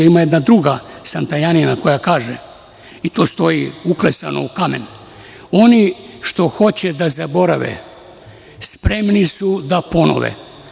Ima jedna druga Santajanina koja kaže, i to stoji uklesano u kamenu "Oni što hoće da zaborave, spremni su da ponove"